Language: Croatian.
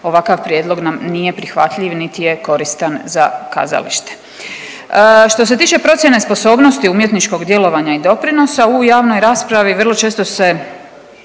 ovakav prijedlog nam nije prihvatljiv niti je koristan za kazalište. Što se tiče procjene sposobnosti umjetničkog djelovanja i doprinosa u javnoj raspravi vrlo često se